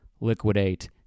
liquidate